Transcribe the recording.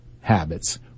habits